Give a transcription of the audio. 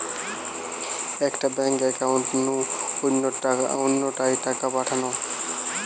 একটা bank account নু অন্য টায় টাকা পাঠানো